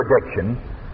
prediction